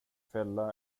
fälla